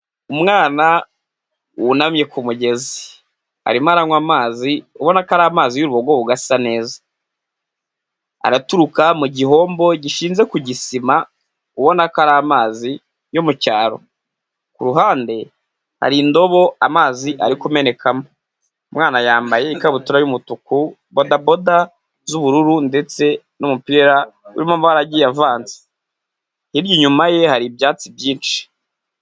Umwana wunamye ku mugezi, arimo aranywa amazi ubona ko ari amazi y'urubogobogo asa neza, araturuka mu gihombo gishinze ku gisima ubona ko ari amazi yo mu cyaro, ku ruhande hari indobo amazi ari kumenekamo. Umwana yambaye ikabutura y'umutuku, bodaboda z'ubururu ndetse n'umupira urimo amabara agiye avanze, hirya inyuma ye hari ibyatsi byinshi.